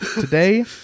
Today